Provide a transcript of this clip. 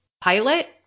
pilot